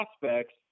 prospects